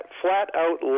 flat-out